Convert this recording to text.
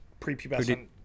prepubescent